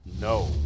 No